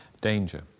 Danger